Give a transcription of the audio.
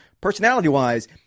Personality-wise